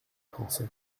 français